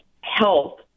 health